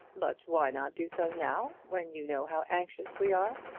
but why not do so now, when you know how anxious we are?